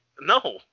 no